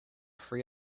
free